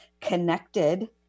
connected